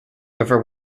river